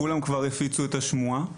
כולם כבר הפיצו את השמועה,